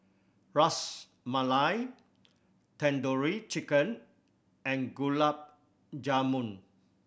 Ras Malai Tandoori Chicken and Gulab Jamun